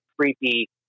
creepy